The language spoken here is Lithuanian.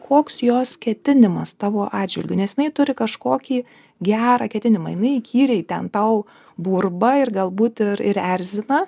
koks jos ketinimas tavo atžvilgiu nes jinai turi kažkokį gerą ketinimą jinai įkyriai ten tau burba ir galbūt ir ir erzina